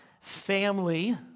Family